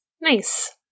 Nice